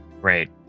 Great